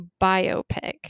biopic